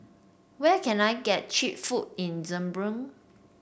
where can I get cheap food in Zagreb